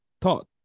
thought